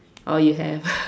oh you have